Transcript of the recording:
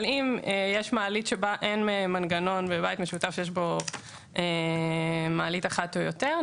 אבל אם יש מעלית שבה אין מנגנון בבית משותף שיש בו מעלית אחת או יותר,